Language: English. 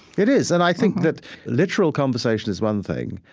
it is, and i think that literal conversation is one thing,